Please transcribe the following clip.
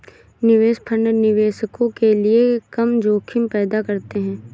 निवेश फंड निवेशकों के लिए कम जोखिम पैदा करते हैं